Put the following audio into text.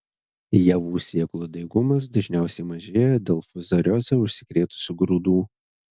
javų sėklų daigumas dažniausiai mažėja dėl fuzarioze užsikrėtusių grūdų